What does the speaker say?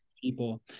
people